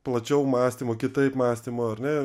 plačiau mąstymo kitaip mąstymo ar ne